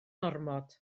ormod